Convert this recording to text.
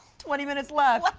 twenty minutes left.